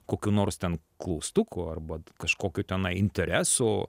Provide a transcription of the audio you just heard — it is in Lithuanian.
kokių nors ten klaustukų arba kažkokių tenai interesų